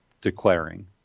declaring